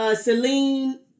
Celine